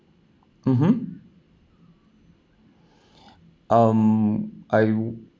mmhmm um I